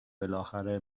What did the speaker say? بالاخره